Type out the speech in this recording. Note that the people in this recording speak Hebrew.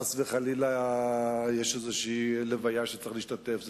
חס וחלילה יש איזו לוויה שצריך להשתתף בה,